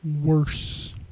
Worse